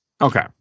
Okay